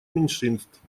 меньшинств